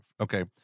Okay